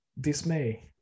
dismay